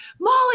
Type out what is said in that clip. Molly